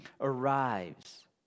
arrives